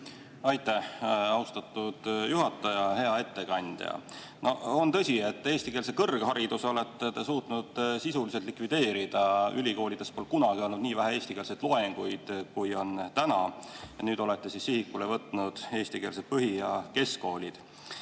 Aitäh, austatud juhataja! Hea ettekandja! On tõsi, et eestikeelse kõrghariduse olete te suutnud sisuliselt likvideerida. Ülikoolides pole kunagi olnud nii vähe eestikeelseid loenguid, kui on täna. Nüüd olete sihikule võtnud eestikeelsed põhi‑ ja keskkoolid.